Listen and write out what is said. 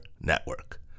network